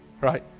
Right